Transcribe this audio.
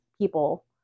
people